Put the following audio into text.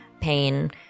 pain